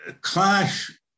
Clash